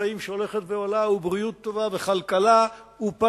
חיים שהולכת ועולה ובריאות טובה וכלכלה ופרנסה,